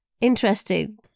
interesting